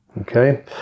Okay